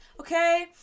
okay